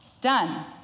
Done